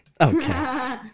Okay